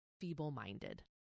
feeble-minded